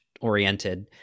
oriented